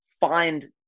find